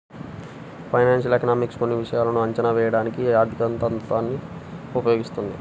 financial economics కొన్ని విషయాలను అంచనా వేయడానికి ఆర్థికసిద్ధాంతాన్ని ఉపయోగిస్తుంది